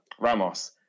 Ramos